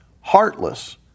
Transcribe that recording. heartless